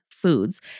foods